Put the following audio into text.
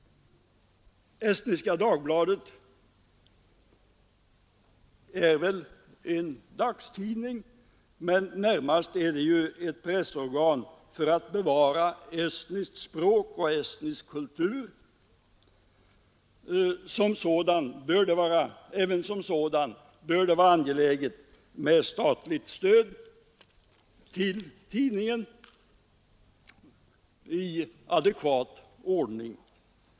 Estniska Dagbladet är väl en dagstidning, men närmast är det ett pressorgan för att bevara estniskt språk och estnisk kultur. Även som sådant bör det vara angeläget med statligt stöd till tidningen i adekvat ordning.